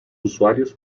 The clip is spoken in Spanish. usuarios